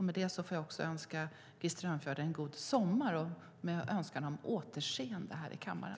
Med det får jag önska Krister Örnfjäder en god sommar. Jag hoppas på återseende här i kammaren.